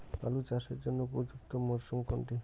আলু চাষের জন্য উপযুক্ত মরশুম কোনটি?